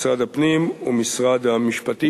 משרד הפנים ומשרד המשפטים.